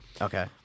Okay